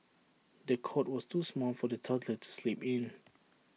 the cot was too small for the toddler to sleep in